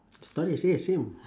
stories eh same